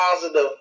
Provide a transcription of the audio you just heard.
positive